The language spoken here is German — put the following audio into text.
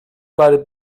bei